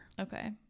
okay